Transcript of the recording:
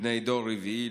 בני דור רביעי,